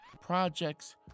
projects